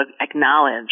acknowledge